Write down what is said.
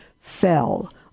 fell